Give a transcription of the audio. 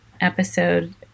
episode